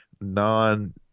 non